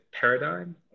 paradigm